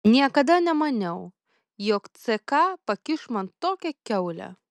niekada nemaniau jog ck pakiš man tokią kiaulę